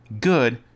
good